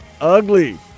ugly